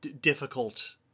difficult